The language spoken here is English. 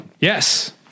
Yes